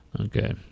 Okay